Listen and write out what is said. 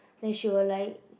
then she will like